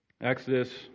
Exodus